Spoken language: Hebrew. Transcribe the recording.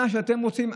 מה שאתם רוצים.